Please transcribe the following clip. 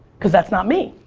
cause that's not me.